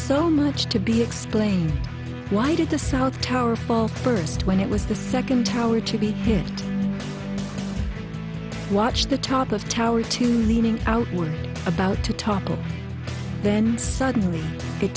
so much to be explained why did the south tower fall first when it was the second tower to be hit watch the top of tower two leaning out were about to topple then suddenly it